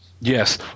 yes